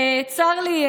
צר לי,